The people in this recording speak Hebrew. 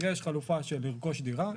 יש חלופה של לרכוש דירה,